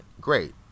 great